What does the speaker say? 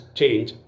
change